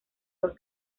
dos